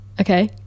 Okay